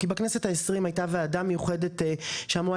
כי בכנסת ה-20 הייתה וועדה מיוחדת שאמרוה